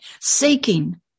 seeking